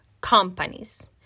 Companies